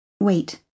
Wait